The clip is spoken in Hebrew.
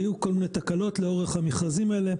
היו כל מיני תקלות לאורך המכרזים האלה,